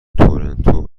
تورنتو